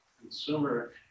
consumer